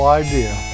idea